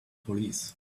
police